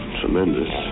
tremendous